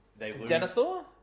Denethor